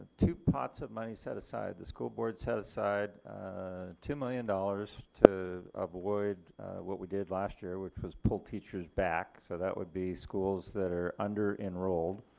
two pots of money set aside. the school board set aside two million dollars avoid what we did last year which was pull teaches back. so that would be schools that are under enrolled.